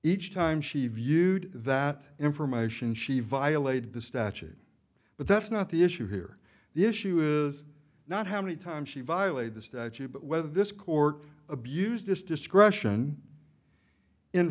each time she viewed that information she violated the statute but that's not the issue here the issue is not how many times she violated the statute but whether this court abused its discretion in